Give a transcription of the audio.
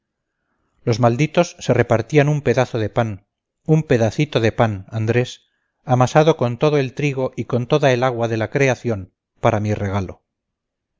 los malditos se repartían un pedazo de pan un pedacito de pan andrés amasado con todo el trigo y con toda el agua de la creación para mi regalo